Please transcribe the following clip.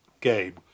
game